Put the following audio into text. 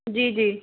जी जी